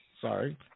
Sorry